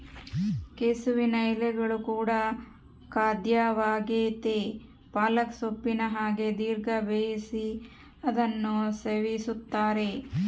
ಕೆಸುವಿನ ಎಲೆಗಳು ಕೂಡ ಖಾದ್ಯವಾಗೆತೇ ಪಾಲಕ್ ಸೊಪ್ಪಿನ ಹಾಗೆ ದೀರ್ಘ ಬೇಯಿಸಿ ಅದನ್ನು ಸವಿಯುತ್ತಾರೆ